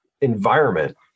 environment